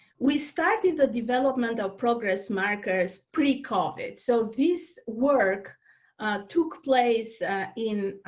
we started the development of progress markers pre-covid, so this work took place in